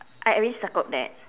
I already circled that